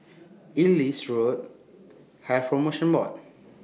Ellis Road Health promotion Board